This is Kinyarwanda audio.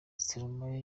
stromae